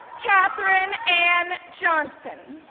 katherine ann johnson,